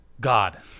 God